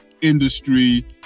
industry